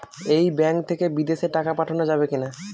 এই ব্যাঙ্ক থেকে বিদেশে টাকা পাঠানো যাবে কিনা?